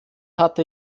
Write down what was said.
hatte